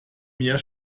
mehr